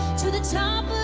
to the top